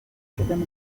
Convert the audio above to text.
african